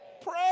pray